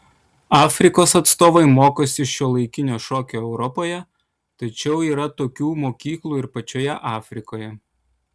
afrikos atstovai mokosi šiuolaikinio šokio europoje tačiau yra tokių mokyklų ir pačioje afrikoje